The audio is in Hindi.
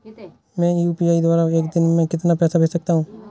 मैं यू.पी.आई द्वारा एक दिन में कितना पैसा भेज सकता हूँ?